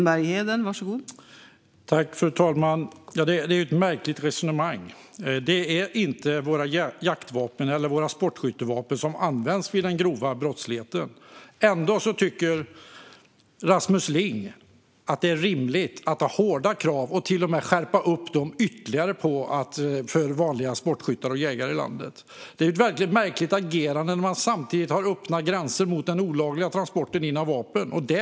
Fru talman! Detta är ett märkligt resonemang. Det är inte våra jaktvapen eller våra sportskyttevapen som används vid den grova brottsligheten. Ändå tycker Rasmus Ling att det är rimligt att ha hårda krav och att till och med skärpa dem ytterligare för vanliga sportskyttar och jägare i landet. Det är ett väldigt märkligt agerande när man samtidigt har öppna gränser mot den olagliga transporten av vapen in i landet.